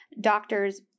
doctors